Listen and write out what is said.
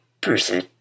person